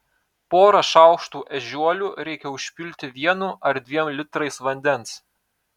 porą šaukštų ežiuolių reikia užpilti vienu ar dviem litrais vandens